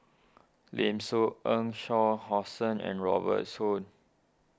Lim Soo Ngee Shah Hussain and Robert Soon